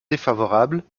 défavorables